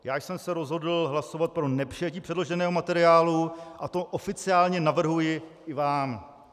Já jsem se rozhodl hlasovat pro nepřijetí předloženého materiálu a to oficiálně navrhuji i vám.